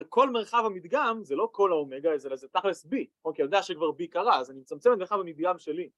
‫כל מרחב המדגם, זה לא כל האומגה, ‫אלא זה תכלס, B. ‫אוקיי, אני יודע שכבר B קרה, ‫אז זה מצמצם את מרחב המדגם שלי...